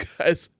Guys